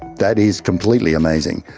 that is completely amazing.